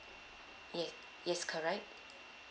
yes yes correct